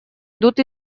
идут